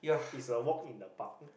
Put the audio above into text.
is a walk in a pub